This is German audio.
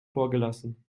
vorgelassen